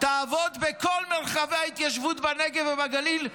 תעבוד בכל מרחבי ההתיישבות בנגב ובגליל,